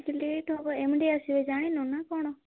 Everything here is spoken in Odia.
ଏତେ ଲେଟ୍ ହେବ ଏମ ଡ଼ି ଆସିବେ ଜାଣିନୁ ନା କ'ଣ